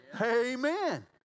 Amen